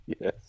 Yes